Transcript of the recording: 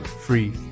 free